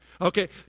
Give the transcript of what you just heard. okay